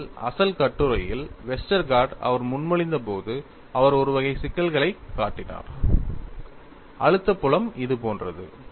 உண்மையில் அசல் கட்டுரையில் வெஸ்டர்கார்ட் அவர் முன்மொழிந்தபோது அவர் ஒரு வகை சிக்கல்களைக் காட்டினார் அழுத்தம் புலம் இது போன்றது